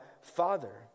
Father